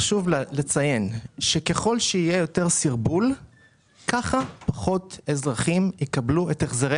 חשוב לציין שככל שיהיה יותר סרבול ככה פחות אזרחים יקבלו את החזרי